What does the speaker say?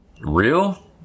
real